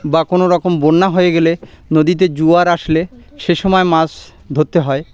বা কোনো রকম বন্যা হয়ে গেলে নদীতে জোয়ার আসলে সেসময় মাছ ধরতে হয়